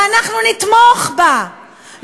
ואנחנו נתמוך בה,